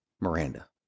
Miranda